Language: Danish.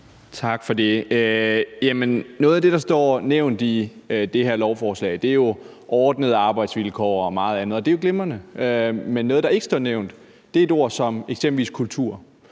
Tak for det. Noget af det, der er nævnt i det her lovforslag, er jo ordnede arbejdsvilkår og meget andet, og det er jo glimrende. Men noget af det, der ikke er nævnt, er eksempelvis et